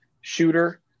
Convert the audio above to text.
shooter